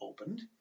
opened